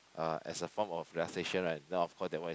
uh as a form of relaxation right then of course that one